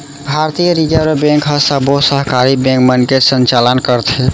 भारतीय reserve bank ह सबो सहकारी बेंक मन के संचालन करथे